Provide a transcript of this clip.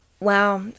Wow